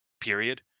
period